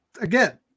again